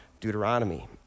Deuteronomy